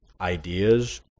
ideas